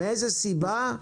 מאיזה סיבה?